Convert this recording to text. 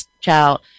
child